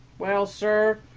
well, sir,